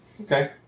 Okay